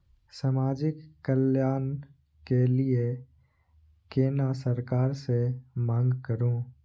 समाजिक कल्याण के लीऐ केना सरकार से मांग करु?